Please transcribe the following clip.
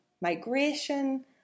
migration